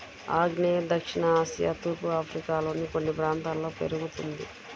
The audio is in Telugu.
ఆగ్నేయ దక్షిణ ఆసియా తూర్పు ఆఫ్రికాలోని కొన్ని ప్రాంతాల్లో పెరుగుతుంది